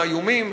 האיומים,